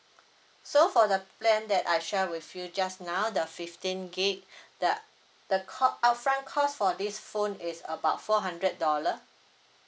so for the plan that I share with you just now the fifteen gig the the co~ upfront cost for this phone is about four hundred dollar